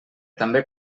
també